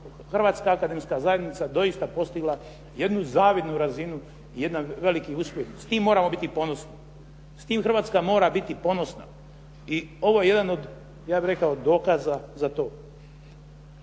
Hrvatska akademska zajednica doista postigla jednu zavidnu razinu i jedan veliki uspjeh. S time moramo biti ponosni. S time Hrvatska mora biti ponosna. I ovo je jedan od ja bih rekao dokaza za to.